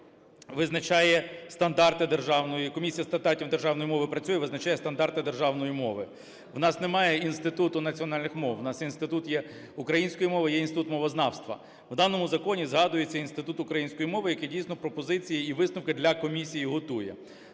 В нас немає Інституту національних мов, у нас Інститут є української мови і є Інститут мовознавства. В даному законі згадується Інститут української мови, який, дійсно, пропозиції і висновки для комісії готує.